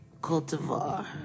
cultivar